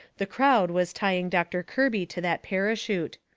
the crowd was tying doctor kirby to that parachute.